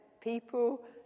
People